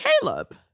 Caleb